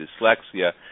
dyslexia